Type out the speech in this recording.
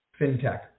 FinTech